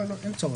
אין צורך.